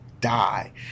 die